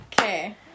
Okay